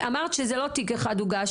אמרת שזה לא תיק אחד הוגש,